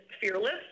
fearless